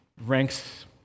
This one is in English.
ranks